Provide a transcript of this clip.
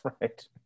right